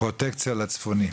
והיא נכנסה,